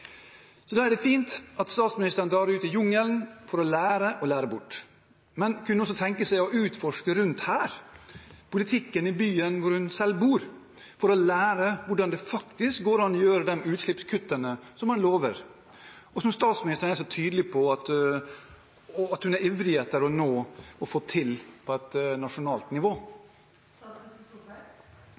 Det er fint at statsministeren drar ut i jungelen for å lære og lære bort. Men kunne hun også tenke seg å utforske rundt her, utforske politikken i byen hvor hun selv bor, for å lære hvordan det faktisk går an å gjøre de utslippskuttene som man lover – og som statsministeren er så tydelig på at hun er ivrig etter å nå og få til på et nasjonalt nivå?